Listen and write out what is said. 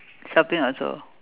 shopping also